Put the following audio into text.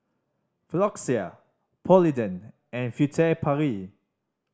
Floxia Polident and Furtere Paris